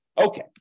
Okay